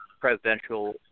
presidential